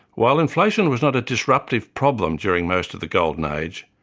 while inflation was not a disruptive problem during most of the golden age,